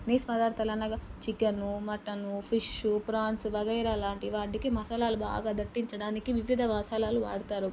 నీచు పదార్థాలనగా chicken mutton fish prawns వగైరా లాంటి వాటికి మసాలాలు బాగా దట్టించడానికి వివిధ మసాలాలు వాడుతారు